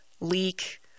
leak